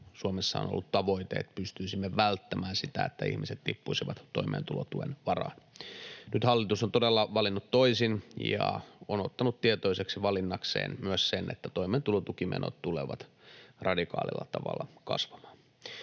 Suomessa on ollut tavoite, että pystyisimme välttämään sitä, että ihmiset tippuisivat toimeentulotuen varaan. Nyt hallitus on todella valinnut toisin ja on ottanut tietoiseksi valinnakseen myös sen, että toimeentulotukimenot tulevat radikaalilla tavalla kasvamaan.